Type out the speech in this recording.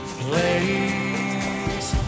place